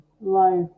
life